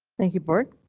thank you bored.